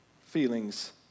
feelings